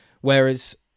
whereas